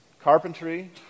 carpentry